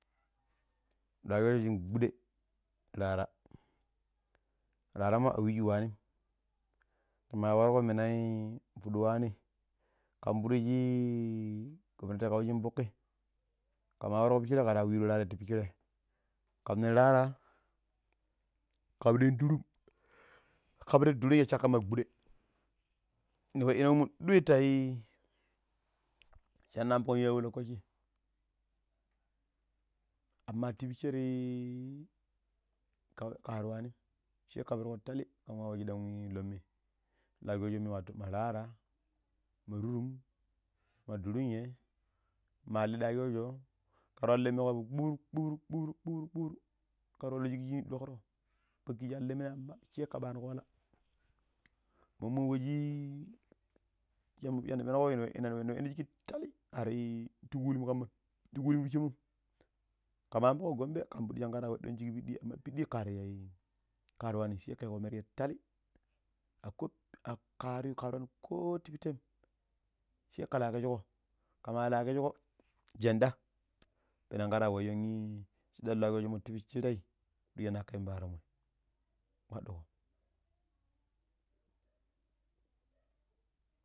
Lwa sho-sho shin gbede, rara. Rarama a weji waanim. Kama waroko mina pidi waami kan pidi shi gobnati kaujin fokki, ka ma waro pisharai kara wuru raara ti pishari. Kam nin rara, kam nin turum kamnin durenye shakka ma gbode. Nin wai dina wemmo doi ta i sanna abukon ya yawo lokaci. Amma ti picce ti kauye kari waanim sai ka perko tali kan waa wa shidan loo me loa sho shon me wato ma rara ma turum ma durinye ma alade ya sho sho, kar wa alade ko- oko kpuru kpuru kpuruk kpuruk kpuruk kar wa loo shikkni dokro, pan kiji alade minai sai ka banogo wala mommo wai shi sanna pennoko nna wedirgo shiki tali ari ti kuli mu kammam ti kuli pis shanmom. Kama amfuko gombe kam pidi san ka tan wadon shik pidi, ama pidi kari kar wanim. Sai ka yiko merje tali kari wani ko ti pattem sai ka la kisko, ka ma la kisko jenda pena kara weiyo shidam loo sho sho moi ti pichirai pidi na kar yun paaro mo, kpadiko.